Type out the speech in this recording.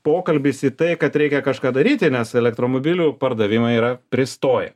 pokalbis į tai kad reikia kažką daryti nes elektromobilių pardavimai yra pristoję